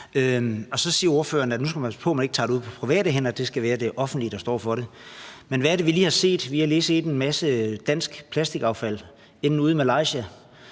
nu skal passe på, at man ikke lægger det over i private hænder, men at det skal være det offentlige, der står for det. Men hvad er det, vi lige har set? Vi har lige set en masse dansk plastikaffald ende ude i Malaysia.